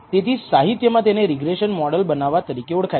તેથી સાહિત્યમાં તેને રિગ્રેસન મોડલ બનાવવા તરીકે ઓળખાય છે